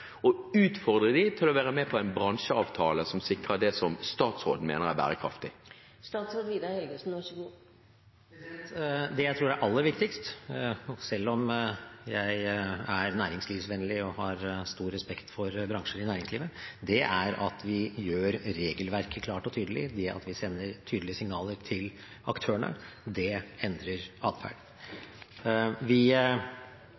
og utfordre dem til å være med på en bransjeavtale som sikrer det som statsråden mener er bærekraftig? Det jeg tror er aller viktigst – selv om jeg er næringslivsvennlig og har stor respekt for bransjer i næringslivet – er at vi gjør regelverket klart og tydelig ved at vi sender tydelige signaler til aktørene. Det endrer atferd.